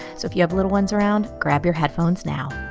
so if you have little ones around, grab your headphones now.